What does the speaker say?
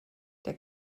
der